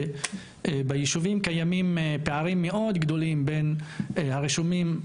ביישובים קיימים פערים מאוד גדולים בין הרישומים.